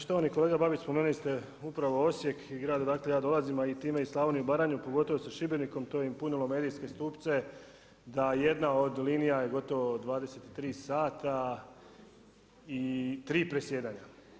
Štovani kolega Babić, spomenuli ste upravo Osijek i grad odakle ja dolazim a i time i Slavoniju i Baranju, pogotovo sa Šibenikom, to je i punilo medijske stupce da jedna od linija je gotovo 23h i tri presjedanja.